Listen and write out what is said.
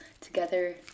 together